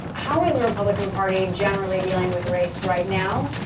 how is the republican party generally dealing with race right now?